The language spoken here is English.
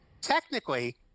technically